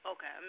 Okay